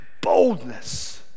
boldness